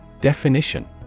Definition